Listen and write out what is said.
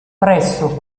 presso